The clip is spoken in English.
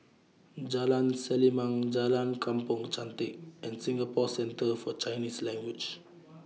Jalan Selimang Jalan Kampong Chantek and Singapore Centre For Chinese Language